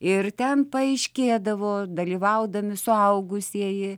ir ten paaiškėdavo dalyvaudami suaugusieji